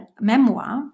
memoir